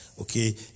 Okay